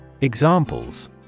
Examples